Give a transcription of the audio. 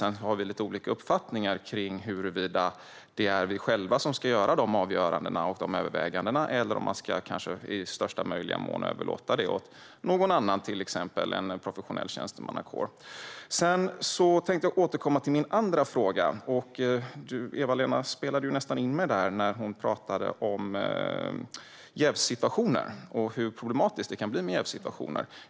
Vi har lite olika uppfattningar om det är vi själva som ska göra dessa avgöranden och överväganden eller om vi kanske i största möjliga mån ska överlåta det till någon annan, till exempel en professionell tjänstemannakår. Jag tänkte återkomma till min andra fråga. Eva-Lena spelade nästan in mig där när hon pratade om jävssituationer och hur problematiska sådana kan bli.